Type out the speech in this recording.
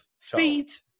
feet